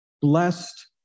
Blessed